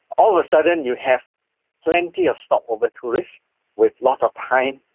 all of a sudden you have plenty of stopover tourists with lots of time,